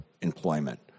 employment